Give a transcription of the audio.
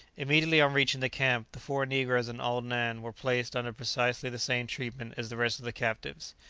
immediately on reaching the camp, the four negroes and old nan were placed under precisely the same treatment as the rest of the captives.